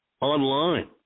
online